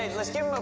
let's give